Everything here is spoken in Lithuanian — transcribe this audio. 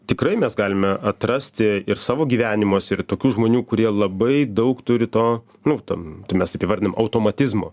tikrai mes galime atrasti ir savo gyvenimuose ir tokių žmonių kurie labai daug turi to nu ten mes taip įvardinam automatizmo